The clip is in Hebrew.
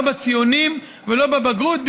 לא בציונים ולא בבגרות,